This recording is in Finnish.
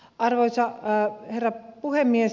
arvoisa herra puhemies